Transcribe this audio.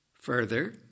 further